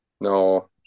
No